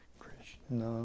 krishna